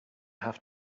have